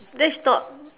that's not